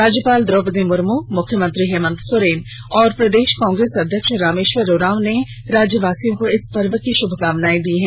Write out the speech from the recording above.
राज्यपाल द्रौपदी मुर्म मुख्यमंत्री हेमन्त सोरेन और प्रदेश कांग्रेस अध्यक्ष रामेश्वर उरांव ने राज्यवासियों को इस पर्व की श्भकामनाएं दी हैं